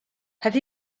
have